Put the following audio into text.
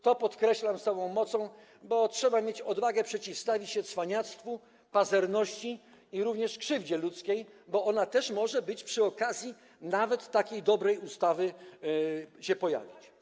To podkreślam z całą mocą, bo trzeba mieć odwagę i przeciwstawić się cwaniactwu, pazerności i krzywdzie ludzkiej, bo ona też może, nawet przy okazji takiej dobrej ustawy, się pojawić.